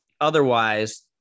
otherwise